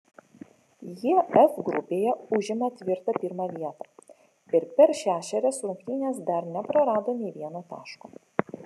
jie f grupėje užima tvirtą pirmą vietą ir per šešerias rungtynes dar neprarado nė vieno taško